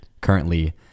currently